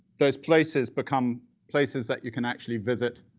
those places become places that you can actually visit,